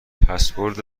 پسورد